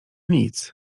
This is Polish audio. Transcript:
nic